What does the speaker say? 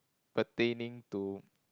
pertaining to